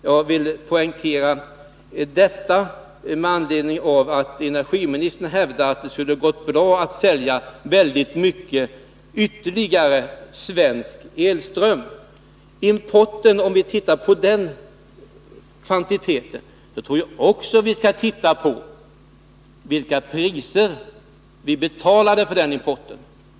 Jag vill poängtera detta med anledning av att energiministern hävdar att det skulle ha gått bra att sälja väldigt mycket mer svensk elström. Om vi skall titta på importkvantiteten, tror jag också vi skall titta på vilka priser vi betalade för den importen.